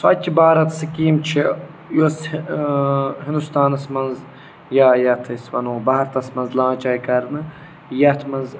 سوچہِ بھارَت سِکیٖم چھِ یۄس ہِندوستانَس منٛز یا یَتھ أسۍ وَنو بھارتَس منٛز لانٛچ آیہِ کَرنہٕ یَتھ منٛز